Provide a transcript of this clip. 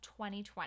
2020